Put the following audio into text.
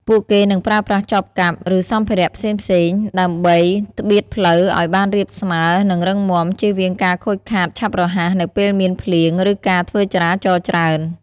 ពួកគេនឹងប្រើប្រាស់ចបកាប់ ឬសម្ភារៈផ្សេងៗដើម្បីត្បៀតផ្លូវឲ្យបានរាបស្មើ និងរឹងមាំ ជៀសវាងការខូចខាតឆាប់រហ័សនៅពេលមានភ្លៀង ឬការធ្វើចរាចរណ៍ច្រើន។